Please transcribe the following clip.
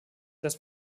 das